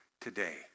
today